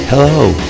Hello